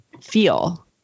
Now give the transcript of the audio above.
feel